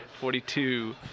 forty-two